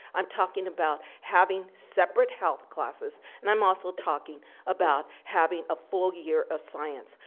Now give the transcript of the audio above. i'm talking about having separate health classes and i'm also talking about having a full year of science.